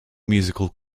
musical